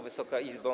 Wysoka Izbo!